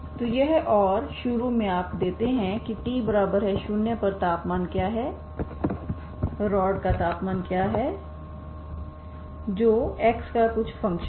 तो यह और शुरू में आप देते हैं कि t0 पर तापमान क्या है रॉड का तापमान क्या है जो x का कुछ फंक्शन है